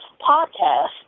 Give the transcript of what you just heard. podcast